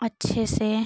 अच्छे से